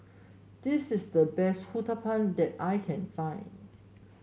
this is the best Uthapam that I can find